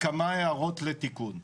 בכמה הערות לתיקון.